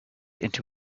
into